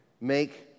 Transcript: make